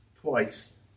Twice